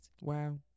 Wow